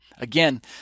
Again